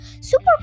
super